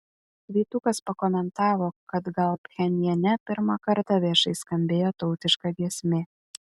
vytukas pakomentavo kad gal pchenjane pirmą kartą viešai skambėjo tautiška giesmė